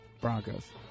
Broncos